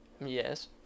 Yes